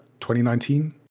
2019